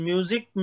Music